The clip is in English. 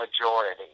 majority